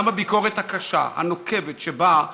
גם בביקורת הקשה, הנוקבת, שבאה